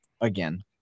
again